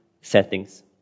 settings